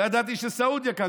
לא ידעתי שסעודיה כאן,